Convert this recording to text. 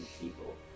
people